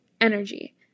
energy